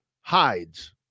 hides